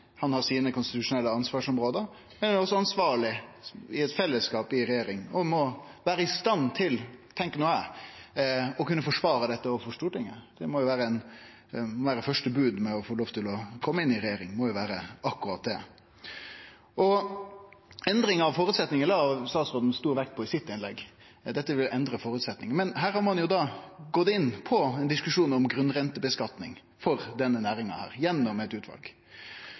Han har sine konstitusjonelle ansvarsområde, men han er også ansvarleg i eit fellesskap i regjeringa og må vere i stand til, tenkjer eg, å kunne forsvare dette overfor Stortinget. Første bod for å få lov til å kome inn i regjering må jo vere akkurat det. Endringar av føresetnader la statsråden stor vekt på i sitt innlegg, at dette vil endre føresetnadene. Men her har ein gått inn på ein diskusjon om grunnrenteskattlegging for denne næringa gjennom eit utval.